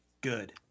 Good